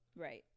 right